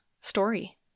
story